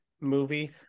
movie